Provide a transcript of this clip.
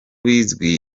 bizwi